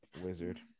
wizard